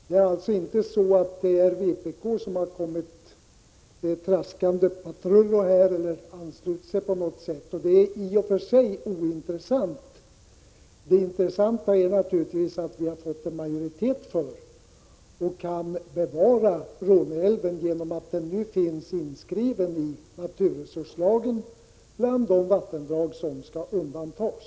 Det är alltså inte så att vpk traskat patrullo här. I och för sig är det ointressant. Det intressanta är naturligtvis att vi har fått en majoritet och kan bevara Råneälven genom att den nu finns inskriven i naturresurslagen bland de vattendrag som skall undantas.